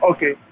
Okay